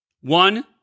One